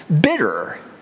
bitter